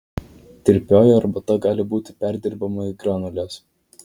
tirpioji arbata gali būti perdirbama į granules